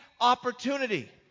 opportunity